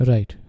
Right